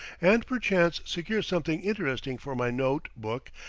and perchance secure something interesting for my note-book,